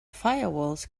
firewalls